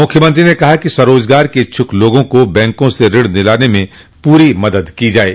मुख्यमंत्री ने कहा कि स्वरोजगार के इच्छुक लोगों को बैंकों से ऋण दिलाने में पूरी मदद की जाये